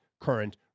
current